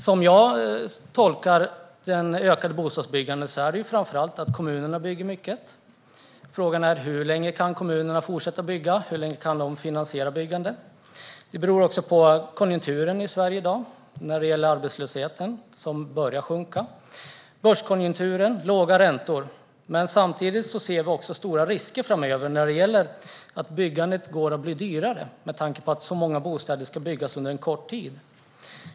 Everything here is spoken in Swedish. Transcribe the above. Som jag tolkar det ökade bostadsbyggandet är det framför allt kommunerna som bygger mycket. Frågan är hur länge de kan fortsätta att bygga och hur länge de kan finansiera byggandet. Det beror på konjunkturen i Sverige i dag när det gäller arbetslösheten som börjar minska. Det beror också på börskonjunkturen och låga räntor. Samtidigt ser vi stora risker framöver. Byggandet kommer att bli dyrare med tanke på att det är så många bostäder som ska byggas under en kort tid.